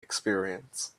experience